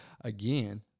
again